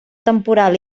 temporal